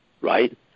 right